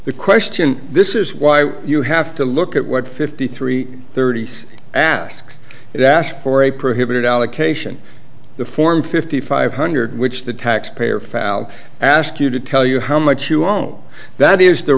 the question this is why you have to look at what fifty three thirty six asks it ask for a prohibited allocation the form fifty five hundred which the taxpayer filed ask you to tell you how much you own that is the